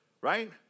right